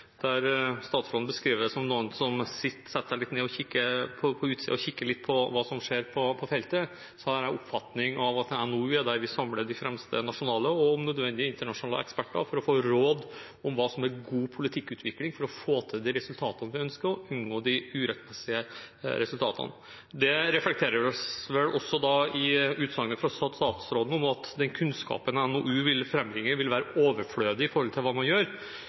statsråden beskriver det som noen som setter seg ned og kikker litt på hva som skjer på feltet, har jeg den oppfatningen at en NOU er der vi samler de fremste nasjonale og om nødvendig internasjonale eksperter for å få råd om hva som er god politikkutvikling for å få til de resultatene vi ønsker, og unngå de uhensiktsmessige resultatene. Det reflekteres vel også i utsagnet fra statsråden om at den kunnskapen en NOU vil frambringe, vil være overflødig for hva man gjør.